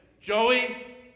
Joey